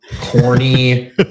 corny